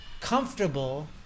comfortable